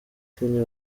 kenya